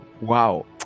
Wow